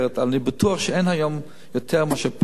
אני בטוח שאין היום יותר מאשר פעם,